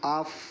off